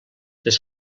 les